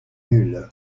nulle